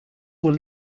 will